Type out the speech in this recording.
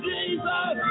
Jesus